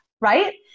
right